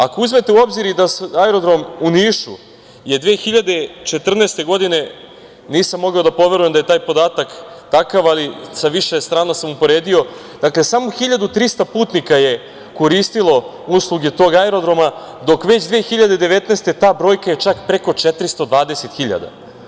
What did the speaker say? Ako uzmete u obzir, aerodrom u Nišu je 2014. godine, nisam mogao da poverujem da je taj podatak takav, ali sa više strana sam uporedio, samo 1.300 putnika je koristilo usluge tog aerodroma dok već 2019. godine ta brojka je čak preko 420.000.